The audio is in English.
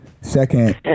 Second